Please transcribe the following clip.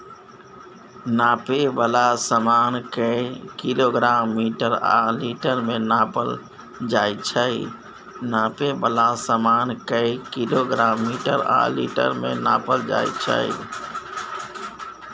नापै बला समान केँ किलोग्राम, मीटर आ लीटर मे नापल जाइ छै